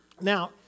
Now